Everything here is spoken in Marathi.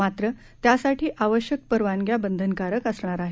मात्र त्यासाठी आवश्यक परवानग्या बंधनकारक असणार आहेत